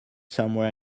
somewhere